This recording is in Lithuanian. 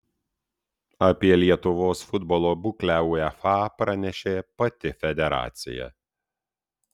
apie lietuvos futbolo būklę uefa pranešė pati federacija